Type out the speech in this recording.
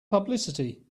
publicity